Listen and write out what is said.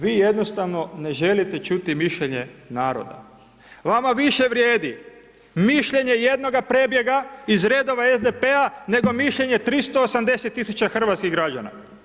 Vi jednostavno ne želite čuti mišljenje naroda, vama više vrijedi mišljenje jednoga prebjega iz redova SDP-a nego mišljenje 380.000 hrvatskih građana.